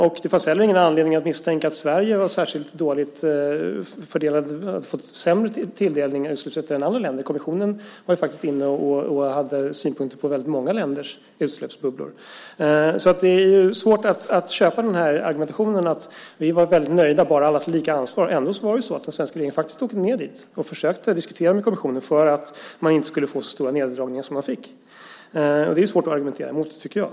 Det finns inte heller någon anledning att misstänka att Sverige har fått sämre tilldelning av utsläppsrätter än andra länder. Kommissionen var ju inne och hade synpunkter på många länders utsläppsbubblor. Det är svårt att köpa argumentationen om att vi var nöjda bara alla tog ett lika stort ansvar. Det var ju ändå så att den svenska regeringen faktiskt åkte ned dit och försökte diskutera med kommissionen för att man inte skulle få så stora neddragningar som man fick. Det är svårt att argumentera emot det, tycker jag.